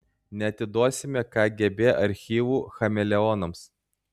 neatiduosime kgb archyvų chameleonams